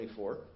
24